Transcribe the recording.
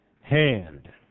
hand